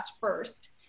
first